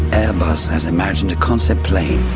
airbus has imagined a concept plane,